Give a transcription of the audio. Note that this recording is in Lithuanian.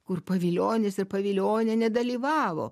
kur pavilionis ir pavilionienė dalyvavo